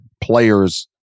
players